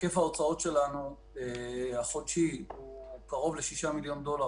היקף ההוצאות החודשי שלנו הוא קרוב ל-6 מיליון דולר,